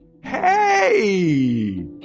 Hey